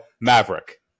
Maverick